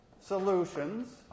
solutions